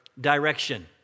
direction